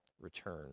return